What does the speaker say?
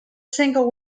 single